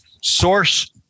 source